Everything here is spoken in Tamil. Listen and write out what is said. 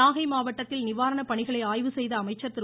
நாகை மாவட்டத்தில் நிவாரண பணிகளை ஆய்வு செய்த அமைச்சர் திரு